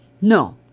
No